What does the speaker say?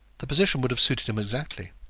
the position would have suited him exactly.